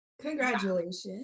congratulations